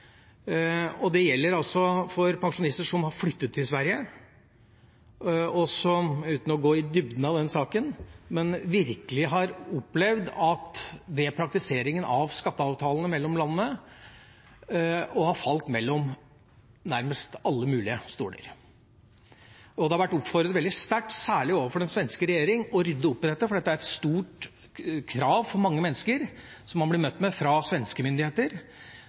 pensjonister som har flyttet til Sverige, og som, uten at jeg skal gå i dybden av den saken, virkelig har opplevd ved praktiseringa av skatteavtalene mellom landene å ha falt mellom nærmest alle mulige stoler. Det har vært oppfordret veldig sterkt om, særlig overfor den svenske regjering, å rydde opp i dette. For det er et stort krav for mange mennesker som man blir møtt med fra svenske myndigheter,